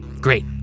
Great